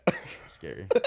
scary